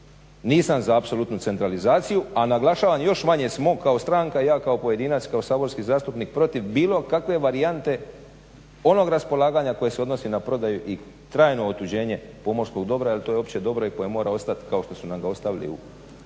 nisam za apsolutnu centralizaciju, a naglašavam još manje smo kao stranka i ja kao pojedinac i kao saborski zastupnik protiv bilo kakve varijante onog raspolaganja koje se odnosi na prodaju i trajno otuđenje pomorskog dobra jer to je opće dobro koje mora ostat kao što su nam ga ostavili … tako